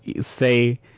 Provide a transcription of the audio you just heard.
say